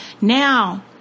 Now